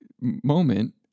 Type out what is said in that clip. moment